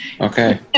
Okay